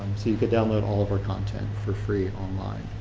see you could download all of our content for free online.